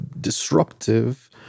disruptive